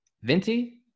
Venti